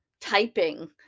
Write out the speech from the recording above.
typing